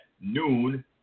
noon